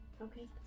okay